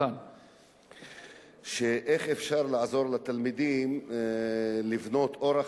איך אפשר לעזור לתלמידים לבנות אורח